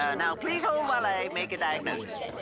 ah now please hold while i make a diagnosis.